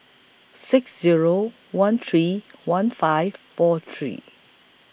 six Zero one three one five four three